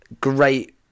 great